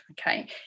okay